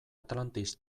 atlantis